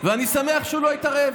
ואני שמח שהוא לא התערב,